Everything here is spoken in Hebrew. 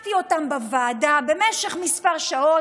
נימקתי אותן בוועדה במשך כמה שעות,